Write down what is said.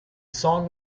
song